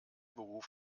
beruf